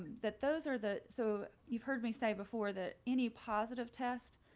that those are the so you've heard me say before that any positive test